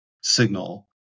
signal